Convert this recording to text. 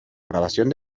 grabación